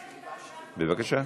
כן, בבקשה.